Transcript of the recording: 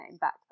back